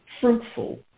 fruitful